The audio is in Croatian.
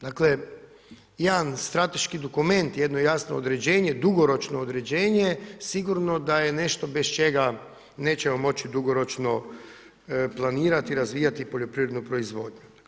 Dakle jedan strateški dokument, jedno jasno određenje, dugoročno određenje sigurno da je nešto bez čega nećemo moći dugoročno planirati, razvijati poljoprivrednu proizvodnju.